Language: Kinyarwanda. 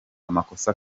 amakosa